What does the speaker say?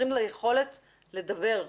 ליכולת לדבר.